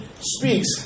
speaks